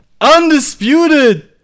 undisputed